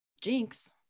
jinx